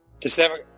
December